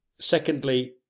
Secondly